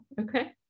okay